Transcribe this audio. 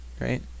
right